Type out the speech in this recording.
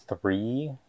Three